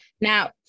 Now